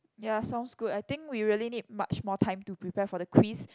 ya sounds good I think we really need much more time to prepare for the quiz